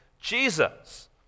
Jesus